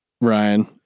Ryan